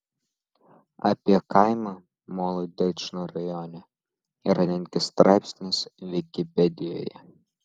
apie kaimą molodečno rajone yra netgi straipsnis vikipedijoje